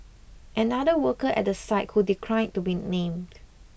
another worker at the site who declined to be named